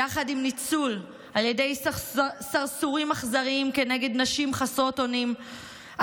יחד עם ניצול על ידי סרסורים אכזריים כנגד נשים חסרות אונים,